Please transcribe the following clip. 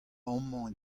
amañ